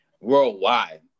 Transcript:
worldwide